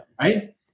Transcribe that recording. right